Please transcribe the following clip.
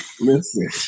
listen